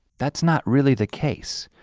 that's not really the case.